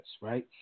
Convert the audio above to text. Right